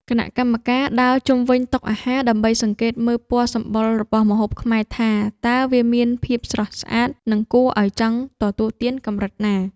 គណៈកម្មការដើរជុំវិញតុអាហារដើម្បីសង្កេតមើលពណ៌សម្បុររបស់ម្ហូបខ្មែរថា តើវាមានភាពស្រស់ស្អាត និងគួរឱ្យចង់ទទួលទានកម្រិតណា។